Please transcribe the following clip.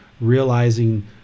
realizing